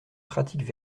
pratiques